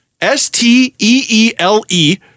S-T-E-E-L-E